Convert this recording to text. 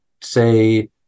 say